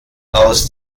aus